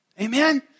Amen